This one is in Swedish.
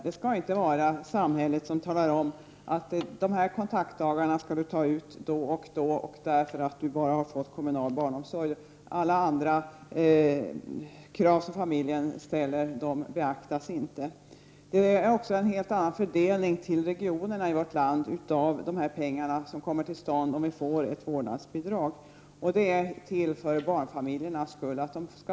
Det skall inte vara samhället som talar om att de kontaktdagarna skall man ta ut då och då och därför att man enbart har fått kommunal barnomsorg. Andra krav från familjen beaktas inte. Om det blir ett vårdnadsbidrag får vi en helt annan fördelning av pengarna till regionerna i vårt land och en ökad valfrihet för barnfamiljerna.